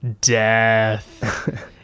death